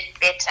better